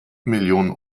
millionen